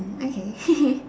okay